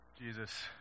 Jesus